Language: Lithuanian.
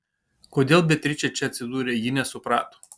kodėl beatričė čia atsidūrė ji nesuprato